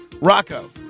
Rocco